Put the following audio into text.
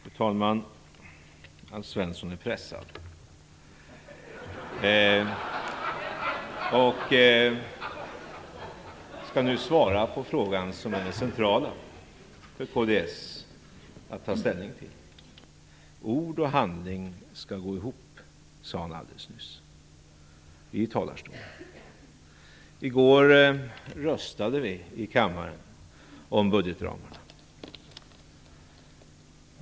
Fru talman! Alf Svensson är pressad och skall nu svara på den fråga som är central för kds att ta ställning till. Ord och handling skall gå ihop, sade han alldeles nyss i talarstolen. I går röstade vi i kammaren om budgetramarna.